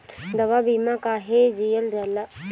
दवा बीमा काहे लियल जाला?